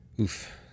Oof